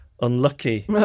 unlucky